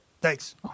thanks